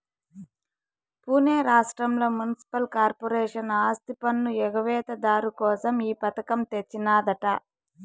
పునే రాష్ట్రంల municipal corporation ఆస్తిపన్ను ఎగవేత దారు కోసం ఈ పథకం తెచ్చినాదట